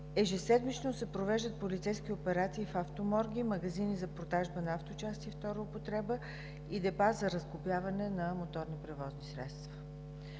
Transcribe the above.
ежеседмично се провеждат от полицейски операции в автоморги, магазини за продажба на авточасти – втора употреба, и депа за разглобяване на моторни превозни средства.